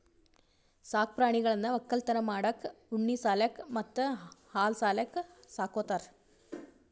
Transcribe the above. ಸಾಕ್ ಪ್ರಾಣಿಗಳನ್ನ್ ವಕ್ಕಲತನ್ ಮಾಡಕ್ಕ್ ಉಣ್ಣಿ ಸಲ್ಯಾಕ್ ಮತ್ತ್ ಹಾಲ್ ಸಲ್ಯಾಕ್ ಸಾಕೋತಾರ್